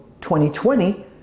2020